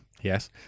Yes